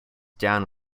down